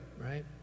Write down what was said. right